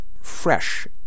fresh